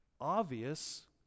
obvious